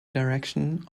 direction